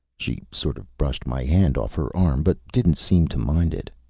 she sort of brushed my hand off her arm, but didn't seem to mind it.